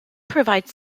provides